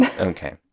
Okay